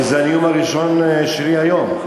כי זה הנאום הראשון שלי היום.